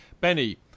Benny